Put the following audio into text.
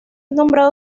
nombrado